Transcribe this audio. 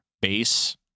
base